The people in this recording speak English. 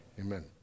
Amen